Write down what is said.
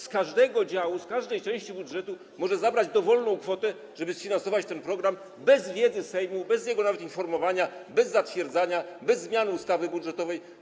Z każdego działu, z każdej części budżetu może zabrać dowolną kwotę, żeby sfinansować ten program bez wiedzy Sejmu, nawet bez informowania go, bez zatwierdzania, bez zmiany ustawy budżetowej.